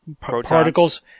particles